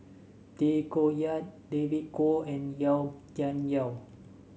Tay Koh Yat David Kwo and Yau Tian Yau